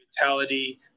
mentality